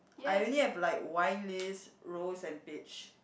I only have like wine list rose and beach